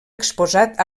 exposat